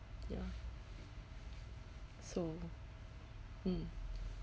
ya so mm